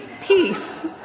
peace